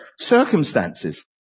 circumstances